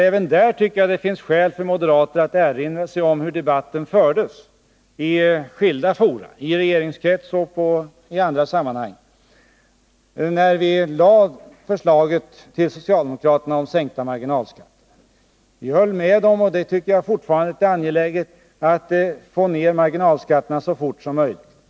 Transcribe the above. Även där tycker jag att det finns skäl för moderater att erinra sig hur debatten fördes i skilda fora — i regeringskretsar och andra sammanhang — när vi lade fram förslaget om sänkta marginalskatter för socialdemokraterna. Vi höll med om, och det tycker jag fortfarande, att det är angeläget att få ned marginalskatterna så fort som möjligt.